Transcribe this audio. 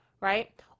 right